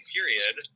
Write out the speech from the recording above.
Period